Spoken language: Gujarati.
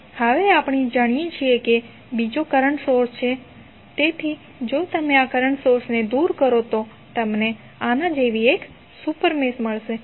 હવે આપણે જાણીએ છીએ કે બીજો કરંટ સોર્સ છે તેથી જો તમે આ કરંટ સોર્સને દૂર કરો તો તમને આના જેવી એક સુપર મેશ મળશે